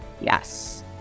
Yes